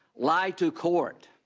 lie to court.